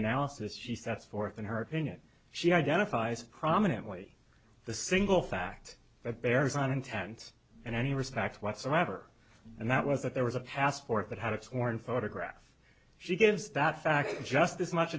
analysis she sets forth in her opinion she identifies prominently the single fact that bears on intent in any respect whatsoever and that was that there was a passport that had a torn photograph she gives that fact just as much